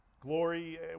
Glory